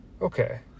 okay